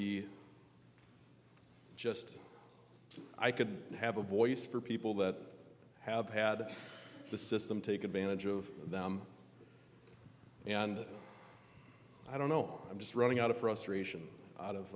be just i could have a voice for people that have had the system take advantage of them and i don't know i'm just running out of frustration out of